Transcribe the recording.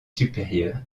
supérieurs